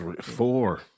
Four